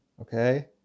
Okay